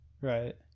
Right